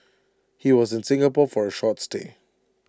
he was in Singapore for A short stay